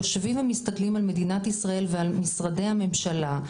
יושבים ומסתכלים על מדינת ישראל ועל משרדי הממשלה,